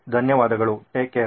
ಧನ್ಯವಾದಗಳು take care